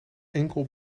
enkel